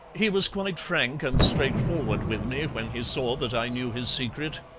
he was quite frank and straightforward with me when he saw that i knew his secret,